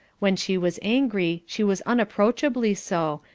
when she was angry, she was unapproachably so,